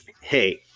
Hey